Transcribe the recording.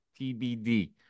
TBD